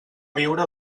viure